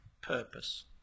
purpose